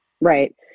Right